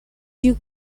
duke